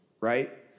right